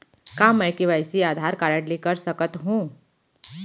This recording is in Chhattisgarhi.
का मैं के.वाई.सी आधार कारड से कर सकत हो?